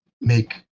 make